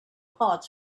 hot